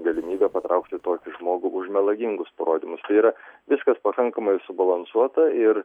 galimybė patraukti tokį žmogų už melagingus parodymus tai yra viskas pakankamai subalansuota ir